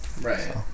Right